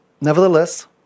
Nevertheless